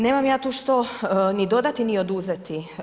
Nemam ja tu što ni dodati ni oduzeti.